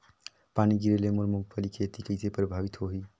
पानी गिरे ले मोर मुंगफली खेती कइसे प्रभावित होही?